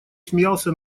смеялся